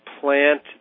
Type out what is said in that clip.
plant